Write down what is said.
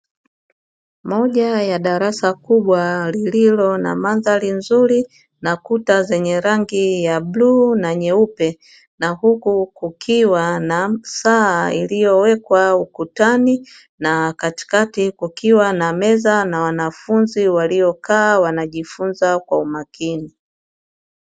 Moja ya darasa kubwa lililo na mandhari nzuri na kuta zenye rangi ya bluu na nyeupe, na huku kukiwa na saa iliyowekwa ukutani na katikati kukiwa na meza na wanafunzi waliokaa wanajifunza kwa umakini.